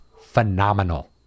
phenomenal